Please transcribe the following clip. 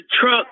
truck